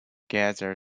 gather